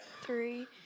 three